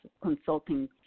consulting